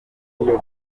ukomeye